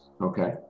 Okay